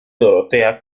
dorotea